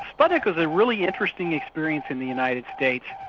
sputnik was a really interesting experience in the united states.